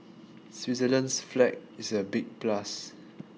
Switzerland's flag is a big plus